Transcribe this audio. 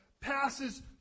passes